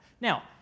Now